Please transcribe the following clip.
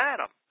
Adam